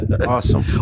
Awesome